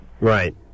Right